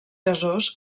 gasós